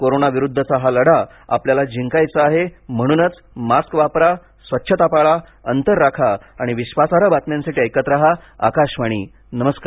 corona विरुद्धचा हा लढा आपल्याला जिंकायचा आहे म्हणूनच मास्क वापरा स्वच्छता पाळा अंतर राखा आणि विधासार्ह बातम्यांसाठी ऐकत रहा आकाशवाणी नमस्कार